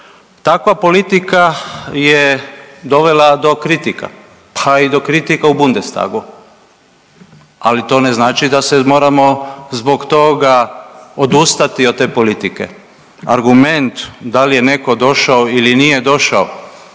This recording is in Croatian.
Takva politika je dovela do kritika, pa i do kritika u Bundestagu, ali to ne znači da se moramo zbog toga odustati od te politike. Argument da li je neko došao ili nije došao,